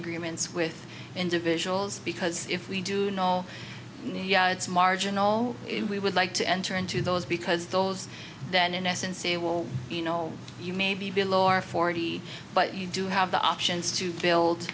agreements with individuals because if we do know it's marginal in we would like to enter into those because those then in essence say well you know you may be below or forty but you do have the options to build